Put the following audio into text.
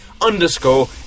underscore